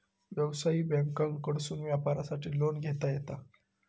व्यवसायिक बँकांकडसून व्यापारासाठी लोन घेता येता